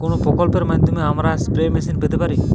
কোন প্রকল্পের মাধ্যমে আমরা স্প্রে মেশিন পেতে পারি?